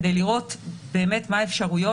כדי לראות באמת מה האפשרויות,